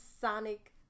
Sonic